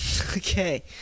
Okay